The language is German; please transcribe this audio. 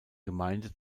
gemeinde